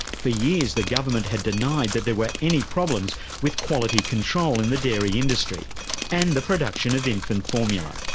for years the government had denied that there were any problems with quality control in the dairy industry and the production of infant formula.